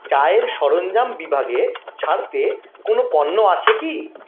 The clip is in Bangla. চায়ের সরঞ্জাম বিভাগে ছাড়তে কোনও পণ্য আছে কি